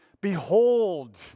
Behold